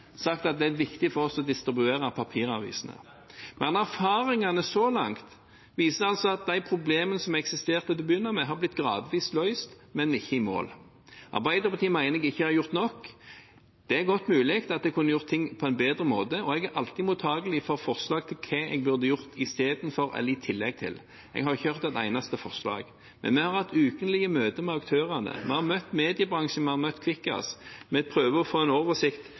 sagt at det er viktig for oss å distribuere papiravisene. Erfaringene så langt viser altså at de problemene som eksisterte til å begynne med, har blitt – gradvis – løst, men vi er ikke i mål. Arbeiderpartiet mener jeg ikke har gjort nok. Det er godt mulig at jeg kunne gjort ting på en bedre måte, og jeg er alltid mottagelig for forslag til hva jeg burde gjort istedenfor eller i tillegg til. Jeg har ikke hørt et eneste forslag. Men vi har hatt ukentlige møter med aktørene, vi har møtt mediebransjen, vi har møtt Kvikkas. Vi prøver å få en oversikt